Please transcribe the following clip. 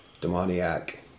demoniac